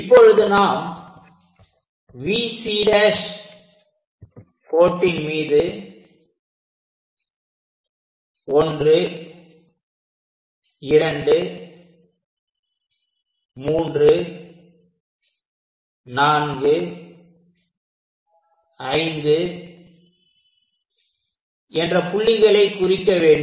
இப்பொழுது நாம் VC' கோட்டின் மீது 1 2 3 4 5 என்ற புள்ளிகளை குறிக்க வேண்டும்